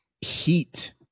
heat